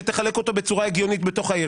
שתחלק אותו בצורה הגיונית בתוך העיר,